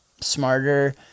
smarter